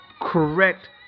correct